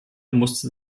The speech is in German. musste